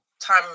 time